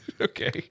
Okay